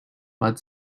bud